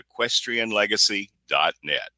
equestrianlegacy.net